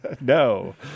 No